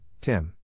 Tim